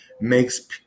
makes